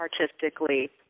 artistically